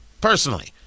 personally